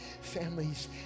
families